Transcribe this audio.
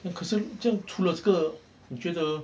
可是这样除了这个你觉得